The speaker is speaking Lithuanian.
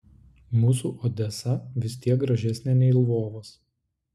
mūsų odesa vis tiek gražesnė nei lvovas